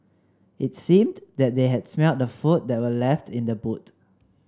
it seemed that they had smelt the food that were left in the boot